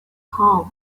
home